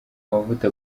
mavuta